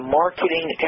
marketing